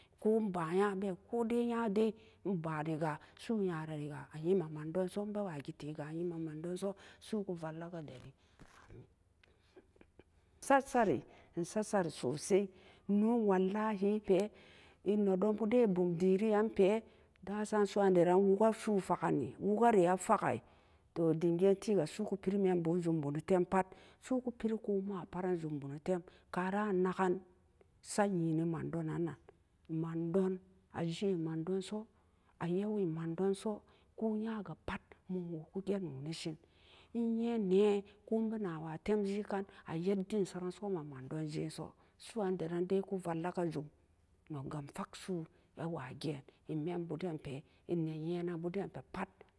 Kum baya e ban ya bee komai nya dai e bani ga su'u nyarari ga a yemen mandon so su'u kuvalla kari dari sat sari ai satsari sosai teno wallahi pe e nedon buden a bumderi yanpe dasan su'u wandaran wu'uka su'ufakeni wu'ukari a faki toh dem gan teega su'u ku peri men buren dum bonotem pat su'u ku peri ko ma pat re jum bonotem ka ran a naken sat yen ne madonan na mandon, a jen mandon so a yawan mandon so ko nya ga pat mum wuo ku je noni sen a yen ne koh yai bena wa tem jenkan a yetden saren so a non ma madon jen so su'uwandaran ede ku valla kajum non ga a faksu'u be wa gen e mee bu den pe e ne yenenbu den pe'a.